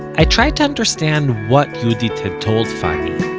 i tried to understand what yehudit had told fanny.